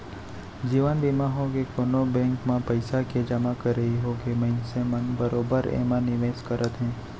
जीवन बीमा होगे, कोनो बेंक म पइसा के जमा करई होगे मनसे मन बरोबर एमा निवेस करत हे